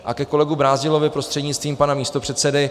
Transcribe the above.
A ke kolegovi Brázdilovi prostřednictvím pana místopředsedy.